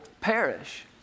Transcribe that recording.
perish